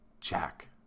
Jack